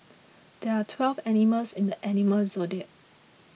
there are twelve animals in the animal zodiac